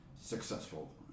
successful